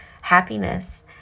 happiness